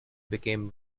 became